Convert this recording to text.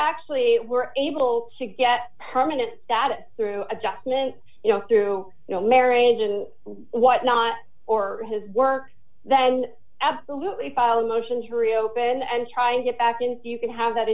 actually were able to get permanent that through a document you know through you know marriage and whatnot or his work then absolutely file a motion to reopen and try and get back in you can have that